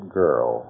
girl